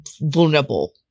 vulnerable